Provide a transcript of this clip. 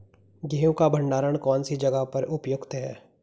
गेहूँ का भंडारण कौन सी जगह पर उपयुक्त है?